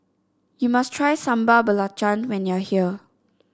you must try Sambal Belacan when you are here